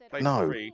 no